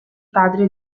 padre